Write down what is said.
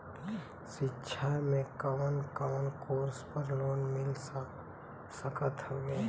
शिक्षा मे कवन कवन कोर्स पर लोन मिल सकत हउवे?